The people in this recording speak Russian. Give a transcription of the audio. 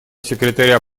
секретаря